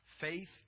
Faith